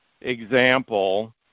example